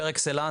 פר-אקסלנס,